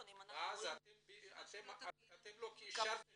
ואז אתם לא אישרתם את זה.